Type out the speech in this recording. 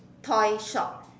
toy shop